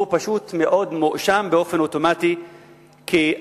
הוא פשוט מאוד מואשם באופן אוטומטי כאנטי-ציוני,